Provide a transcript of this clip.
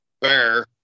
bear